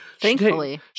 Thankfully